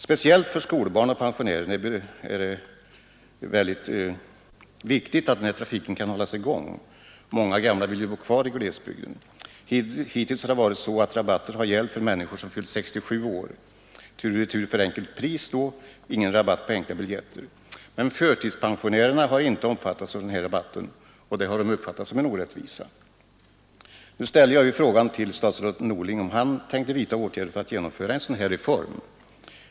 Speciellt för skolbarn och pensionärer är det viktigt att trafiken kan hållas i gång. Många gamla vill ju bo kvar i glesbygden. Hittills har rabatter gällt för människor som fyllt 67 år: Tur och retur för enkelt pris, däremot ingen rabatt på enkla biljetter. Förtidspensionärerna har inte omfattats av rabatten, vilket dessa uppfattat som en orättvisa. Nu ställde jag frågan till statsrådet Norling om han tänkte vidta åtgärder för att genomföra en sådan här reform.